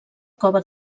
cova